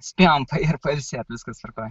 spėjom ir pailsėt viskas tvarkoj